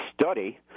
study